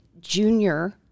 junior